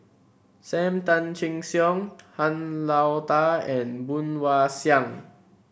Sam Tan Chin Siong Han Lao Da and Woon Wah Siang